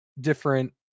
different